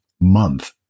month